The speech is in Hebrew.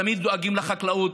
תמיד דואגים לחקלאות,